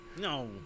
No